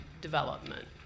development